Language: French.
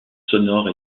sonore